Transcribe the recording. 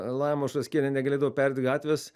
laima šaskienė negalėdavo pereit gatvės